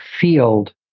field